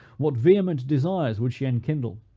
what vehement desires would she enkindle!